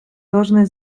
должны